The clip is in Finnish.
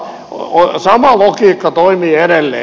tämä sama logiikka toimii edelleen